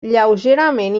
lleugerament